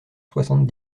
soixante